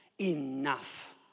enough